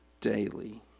Daily